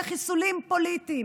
פוליטי לחיסולים פוליטיים?